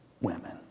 women